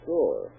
Sure